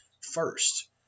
First